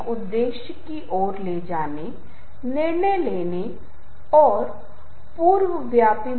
मुझे एक उदाहरण देने दें बता दें कि आपके पास पूजा के लिए अगरबत्ती का एक उत्पाद है कहने के लिए एक विज्ञापन है कल्पना करें कि इसके पीछे नरम पियानो बज रहा है